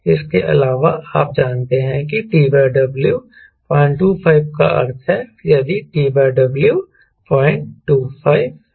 इसके अलावा आप जानते हैं कि TW 025 का अर्थ है यदि TW 025 है